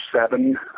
seven